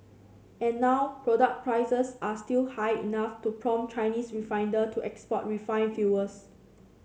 and now product prices are still high enough to prompt Chinese refiner to export refined fuels